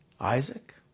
Isaac